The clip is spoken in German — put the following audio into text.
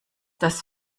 das